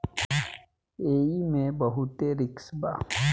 एईमे बहुते रिस्क बा